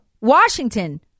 Washington